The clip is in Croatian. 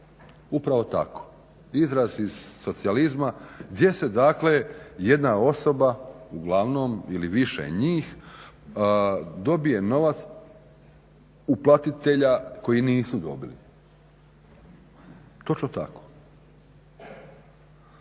Upravo tako, izraz iz socijalizma, gdje se dakle jedna osoba uglavnom ili više njih dobije novac uplatitelja koji nisu dobili. Točno tako.